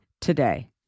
today